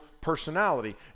personality